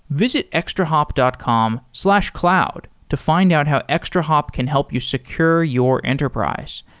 visit extrahop dot com slash cloud to find out how extrahop can help you secure your enterprise.